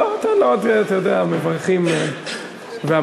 לא, אתה יודע, המברכים והמברכות.